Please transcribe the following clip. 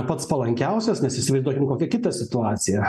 pats palankiausias nes įsivaizduokim kokią kitą situaciją